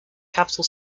capital